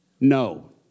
no